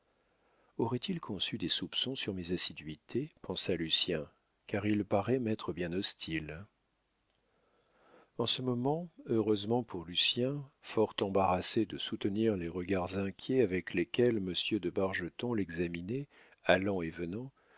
aurait-il conçu des soupçons sur mes assiduités pensa lucien car il paraît m'être bien hostile en ce moment heureusement pour lucien fort embarrassé de soutenir les regards inquiets avec lesquels monsieur de bargeton l'examinait allant et venant